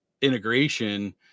integration